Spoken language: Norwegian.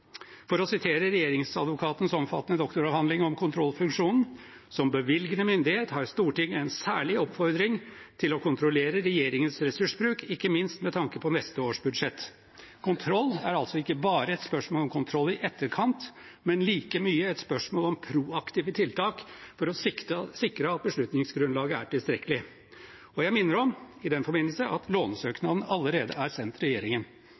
For å referere til regjeringsadvokatens omfattende doktoravhandling om kontrollfunksjonen: Som bevilgende myndighet har Stortinget en særlig oppfordring til å kontrollere regjeringens ressursbruk, ikke minst med tanke på neste års budsjett. Kontroll er altså ikke bare et spørsmål om kontroll i etterkant, men like mye et spørsmål om proaktive tiltak for å sikre at beslutningsgrunnlaget er tilstrekkelig. Jeg minner om i den forbindelse at lånesøknaden allerede er sendt regjeringen. Et stort flertall i